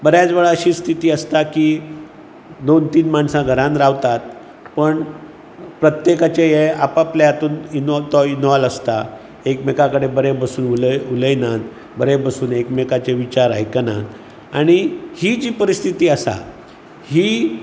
बऱ्याच वेळार अशी स्थिती आसता की दोन तीन माणसां घरांत रावतात पण प्रत्येकाच्या हे आपापल्या हातूंत ते इन्वोव्ह तो इन्वोव्ह आसता एकमेका कडेन बरें बसून उलय उलयनात बरें बसून एकमेकाचे विचार आयकनात आनी ही जी परिस्थिती आसा ही